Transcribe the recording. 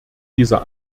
dieser